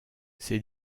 ses